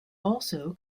also